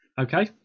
Okay